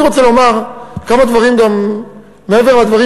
אני רוצה לומר כמה דברים גם מעבר לדברים